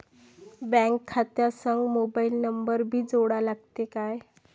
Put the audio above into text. Bank खात्या संग mobile number भी जोडा लागते काय?